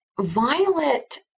Violet